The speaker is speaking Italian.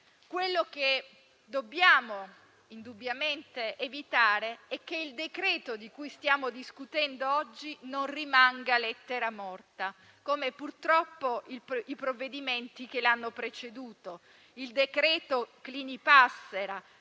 Quello che dobbiamo indubbiamente evitare è che il decreto-legge di cui stiamo discutendo oggi rimanga lettera morta, come purtroppo i provvedimenti che l'hanno preceduto. Infatti, il decreto Clini-Passera